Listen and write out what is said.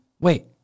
Wait